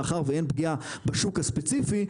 מאחר ואין פגיעה בשוק הספציפי,